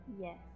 yes